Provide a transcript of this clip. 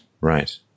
right